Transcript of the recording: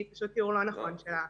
בוקר טוב.